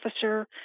officer